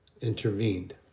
intervened